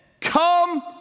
Come